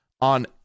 On